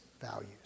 values